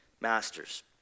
masters